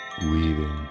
weaving